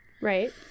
right